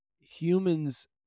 humans